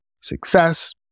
Success